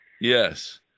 Yes